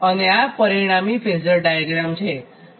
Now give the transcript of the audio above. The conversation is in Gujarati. અને આ પરિણામી ફેઝર ડાયાગ્રામ છે